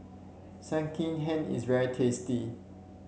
Sekihan is very tasty